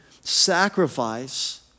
sacrifice